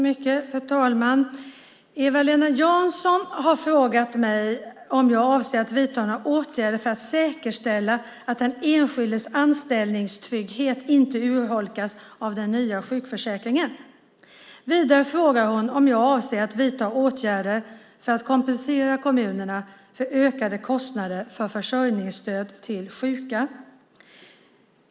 Fru talman! Eva-Lena Jansson har frågat mig om jag avser att vidta några åtgärder för att säkerställa att den enskildes anställningstrygghet inte urholkas av den nya sjukförsäkringen. Vidare frågar hon om jag avser att vidta åtgärder för att kompensera kommunerna för ökade kostnader för försörjningsstöd till sjuka.